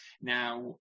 Now